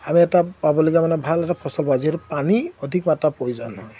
আমি এটা পাবলগীয়া মানে ভাল এটা ফচল পাওঁ যিহেতু পানী অধিক মাত্রাত প্ৰয়োজন হয়